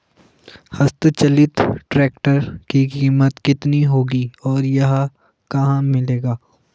हस्त चलित ट्रैक्टर की कीमत कितनी होगी और यह कहाँ मिलेगा?